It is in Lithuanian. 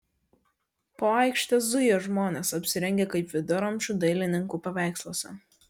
po aikštę zujo žmonės apsirengę kaip viduramžių dailininkų paveiksluose